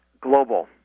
global